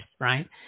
right